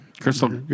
Crystal